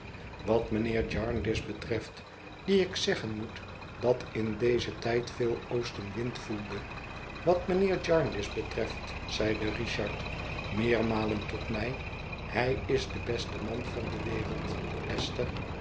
wat mijnheer jarndyce betreft die ik zeggen moet dat in dezen tijd veel oostenwind voelde wat mijnheer jarndyce betreft zeide richard meermalen tot mij hij is de beste man van de wereld esther